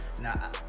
Now